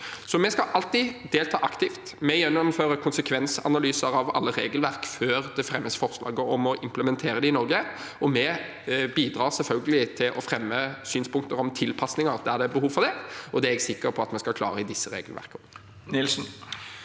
Vi skal alltid delta aktivt. Vi gjennomfører konsekvensanalyser av alle regelverk før det fremmes forslag om å implementere det i Norge, og vi bidrar selvfølgelig til å fremme synspunkter om tilpasninger der det er behov for det. Det er jeg sikker på at vi skal klare i disse regelverkene også.